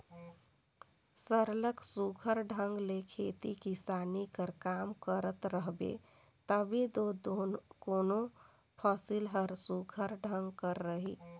सरलग सुग्घर ढंग ले खेती किसानी कर काम करत रहबे तबे दो कोनो फसिल हर सुघर ढंग कर रही